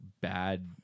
bad